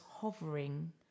hovering